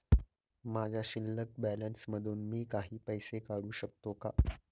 माझ्या शिल्लक बॅलन्स मधून मी काही पैसे काढू शकतो का?